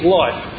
life